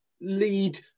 lead